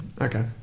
okay